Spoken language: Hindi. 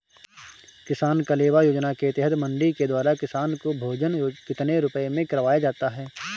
किसान कलेवा योजना के तहत मंडी के द्वारा किसान को भोजन कितने रुपए में करवाया जाता है?